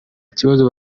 kibazo